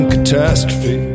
Catastrophe